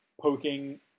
poking